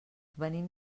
venim